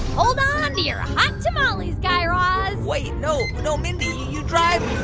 hold on to your hot tamales, guy raz wait. no. no, mindy. you drive